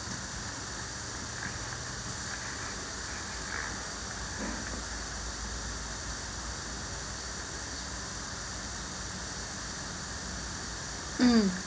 mm